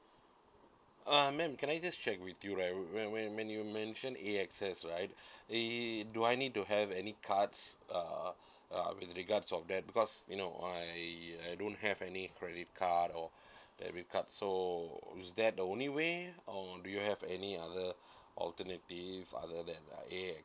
uh ma'am can I just check with you right when when when you mentioned A_X_S right uh do I need to have any cards uh uh with regards of that because you know I I don't have any credit card or debit card so is that the only way or do you have any other alternative other than uh